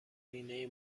سینه